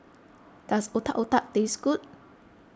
does Otak Otak taste good